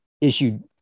issued